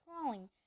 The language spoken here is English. crawling